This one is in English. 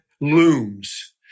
looms